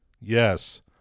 Yes